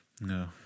No